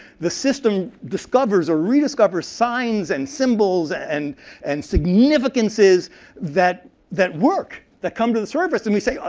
the system discovers or rediscovers signs and symbols and and significances that that work, that come to the surface. and we say, ah